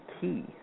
key